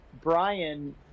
Brian